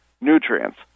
nutrients